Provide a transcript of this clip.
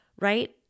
right